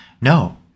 No